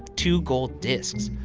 two gold discs,